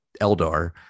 Eldar